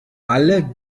alle